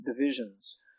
divisions